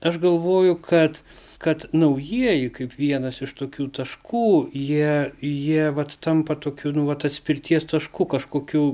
aš galvoju kad kad naujieji kaip vienas iš tokių taškų jie jie vat tampa tokiu nu vat atspirties tašku kažkokiu